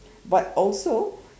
but also